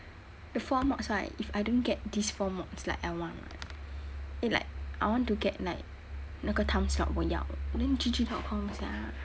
the four mods right if I don't get these four mods like I want right and like I want get like 那个 timeslot 我要 then G_G dot com sia